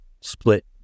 split